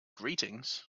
greetings